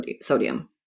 sodium